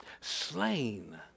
slain